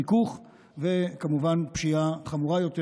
חיכוך וכמובן פשיעה חמורה יותר,